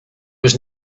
was